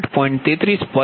u બરાબર છે